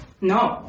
no